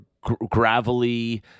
gravelly